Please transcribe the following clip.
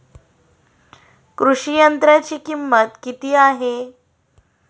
कृषी यंत्राची किंमत किती आहे?